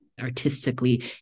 artistically